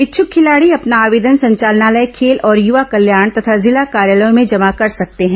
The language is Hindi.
इच्छक खिलाडी अपना आवेदन संचालनालय खेल और युवा कल्याण तथा जिला कार्यालयों में जमा कर सकते हैं